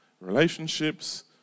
relationships